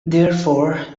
therefore